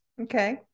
Okay